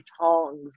tongs